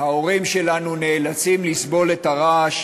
ההורים שלנו נאלצים לסבול את הרעש